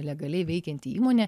legaliai veikianti įmonė